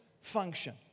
function